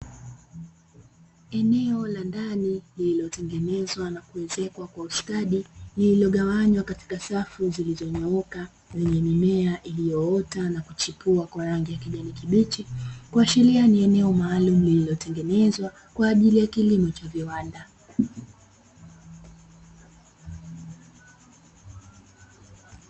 Eneo la ndani lililotengenezwa na kuezekwa kwa ustadi lililogawanywa katika safu zilizonyooka, zenye mimea iliyoota na kuchipua kwa kijani kibichi kuashiria ni eneo maalumu lililotengenezwa kwa ajili ya kilimo cha viwanda.